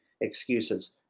excuses